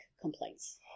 complaints